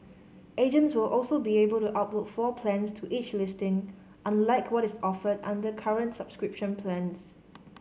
agents will also be able to upload floor plans to each listing unlike what is offered under current subscription plans